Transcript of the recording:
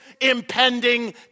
impending